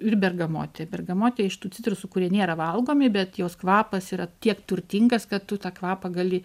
ir bergamotė bergamotė iš tų citrusų kurie nėra valgomi bet jos kvapas yra tiek turtingas kad tu tą kvapą gali